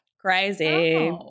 Crazy